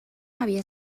havia